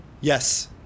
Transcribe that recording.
Yes